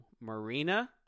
Marina